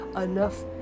enough